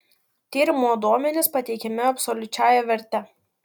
tyrimo duomenys pateikiami absoliučiąja verte